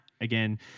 Again